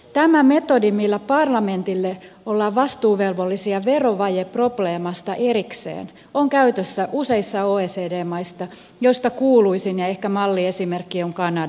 tämä metodi millä parlamentille ollaan vastuuvelvollisia verovajeprobleemasta erikseen on käytössä useissa oecd maissa joista kuuluisin ja ehkä malliesimerkki on kanada